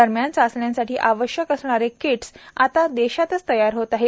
दरम्यान चण्यांसाठी आवश्यक असणारे किटस् आता असे देशातच तयार होत आहेत